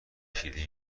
کلیدی